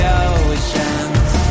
oceans